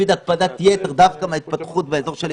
להתפתח באזורי